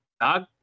dog